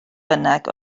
bynnag